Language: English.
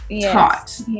taught